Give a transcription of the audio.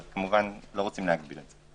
אבל לא רוצים להגביל את זה.